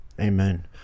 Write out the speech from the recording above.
amen